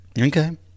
Okay